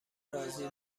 رازی